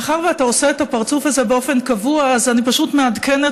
מאחר שאתה עושה את הפרצוף הזה באופן קבוע אז אני פשוט מעדכנת